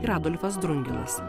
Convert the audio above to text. ir adolfas drungilas